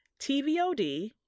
TVOD